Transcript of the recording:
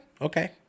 Okay